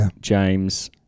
James